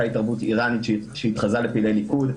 הייתה התערבות איראנית שהתחזתה לפעילי ליכוד,